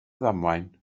ddamwain